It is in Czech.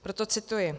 Proto cituji: